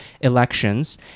elections